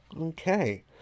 okay